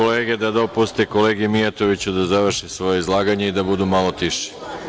Molim kolege da dopuste kolegi Mijatoviću da završi svoje izlaganje i da budu malo tiši.